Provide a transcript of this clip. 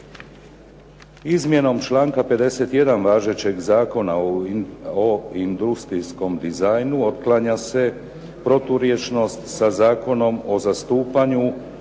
Izmjenom članka 51. važećeg Zakona o industrijskom dizajnu otklanja se proturječnost da Zakonom o zastupanju